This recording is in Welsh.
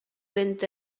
fynd